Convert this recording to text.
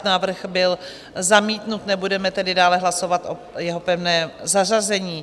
Návrh byl zamítnut, nebudeme tedy dále hlasovat o jeho pevném zařazení.